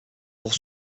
pour